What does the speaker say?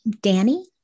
Danny